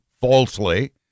falsely